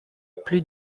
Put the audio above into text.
plus